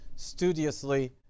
studiously